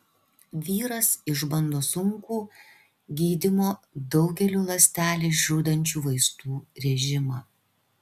vyras išbando sunkų gydymo daugeliu ląsteles žudančių vaistų režimą